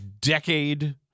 decade